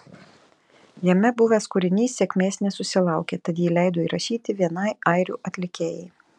jame buvęs kūrinys sėkmės nesusilaukė tad jį leido įrašyti vienai airių atlikėjai